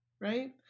right